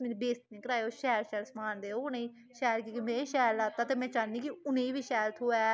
तुस मेरी बेज़ती नी कराएओ शैल शैल समान देओ उ'नेंगी कीजे में शैल लैता में चाह्न्नी उनें ई बी शैल थहोऐ